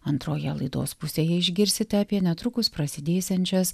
antroje laidos pusėje išgirsite apie netrukus prasidėsiančias